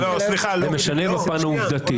זה משנה בפן העובדתי.